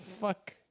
Fuck